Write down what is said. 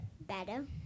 Better